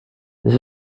this